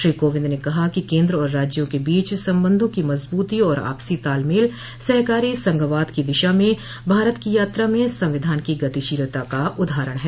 श्री कोविंद ने कहा कि केन्द्र और राज्यों के बीच संबंधों की मजबूती और आपसी तालमेल सहकारी संघवाद की दिशा में भारत की यात्रा में संविधान की गतिशीलता का उदाहरण है